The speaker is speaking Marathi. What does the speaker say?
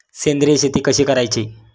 सेंद्रिय शेती कशी करायची?